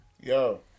Yo